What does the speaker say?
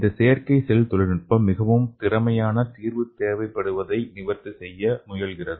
இந்த செயற்கை செல் தொழில்நுட்பம் மிகவும் திறமையான தீர்வு தேவைப்படுவதை நிவர்த்தி செய்ய முயல்கிறது